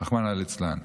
רחמנא ליצלן.